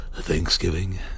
Thanksgiving